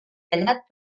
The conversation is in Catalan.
tallat